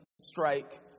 strike